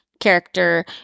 character